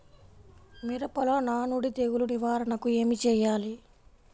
మిరపలో నానుడి తెగులు నివారణకు ఏమి చేయాలి?